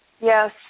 Yes